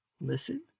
listen